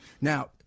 Now